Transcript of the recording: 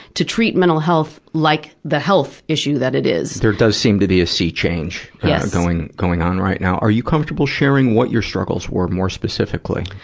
to treat mental health like the health issue that it is. there does seem to be a sea change yeah going going on right now. are you comfortable sharing what your struggles were more specifically?